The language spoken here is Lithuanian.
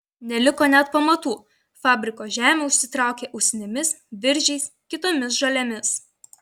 neliko net pamatų fabriko žemė užsitraukė usnimis viržiais kitomis žolėmis